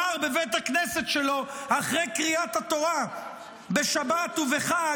הוא יאמר בבית הכנסת שלו אחרי קריאת התורה בשבת ובחג